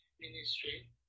ministry